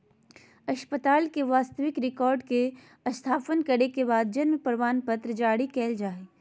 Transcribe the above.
अस्पताल के वास्तविक रिकार्ड के सत्यापन करे के बाद जन्म प्रमाणपत्र जारी कइल जा हइ